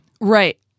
Right